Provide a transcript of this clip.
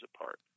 apart